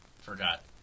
forgot